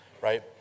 right